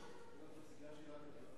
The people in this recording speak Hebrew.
איך את מציגה שאלה כזאת.